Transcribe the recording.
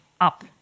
up